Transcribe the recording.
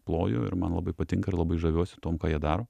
ploju ir man labai patinka ir labai žaviuosi tuom ką jie daro